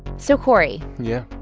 so, corey. yeah.